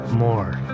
more